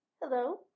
Hello